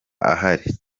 ahari